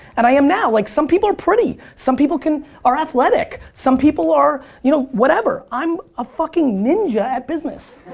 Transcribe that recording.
and i am now. like some people are pretty, some people are athletic, some people are you know, whatever. i'm a fucking ninja at business.